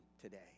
today